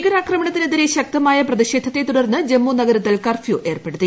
ഭീകരാക്രമണത്തിനെതിരെ ശക്തമായ പ്രതിഷേധത്തെ തുടർന്ന് ജമ്മുനഗരത്തിൽ കർഫ്യൂ ഏർപ്പെടുത്തി